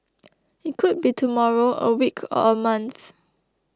it could be tomorrow a week or a month